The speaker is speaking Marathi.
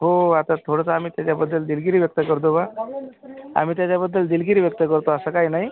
हो आता थोडंसं आम्ही त्याच्याबद्दल दिलगिरी व्यक्त करतो बुवा आम्ही त्याच्याबद्दल दिलगिरी व्यक्त करतो असं काही नाही